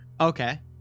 Okay